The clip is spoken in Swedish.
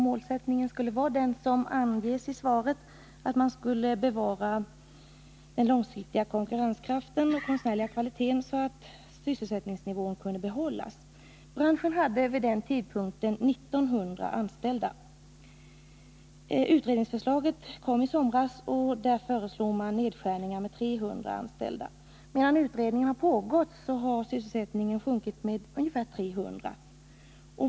Målsättningen skulle vara den som anges i svaret, dvs. att bevara den långsiktiga konkurrenskraften och den konstnärliga kvaliteten, så att sysselsättingsnivån skulle kunna bibehållas. Branschen hade vi den tidpunkten 1 900 anställda. I utredningsförslaget, som kom i somras, föreslogs nedskärningar med 300 anställda. Medan utredningen har pågått har emellertid antalet sysselsatta sjunkit med ungefär 300.